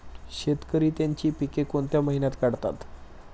शेतकरी त्यांची पीके कोणत्या महिन्यात काढतात?